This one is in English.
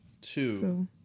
two